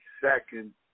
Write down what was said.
second